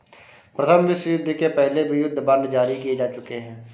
प्रथम विश्वयुद्ध के पहले भी युद्ध बांड जारी किए जा चुके हैं